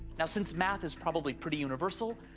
now, since math is probably pretty universal,